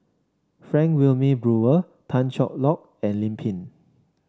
Frank Wilmin Brewer Tan Cheng Lock and Lim Pin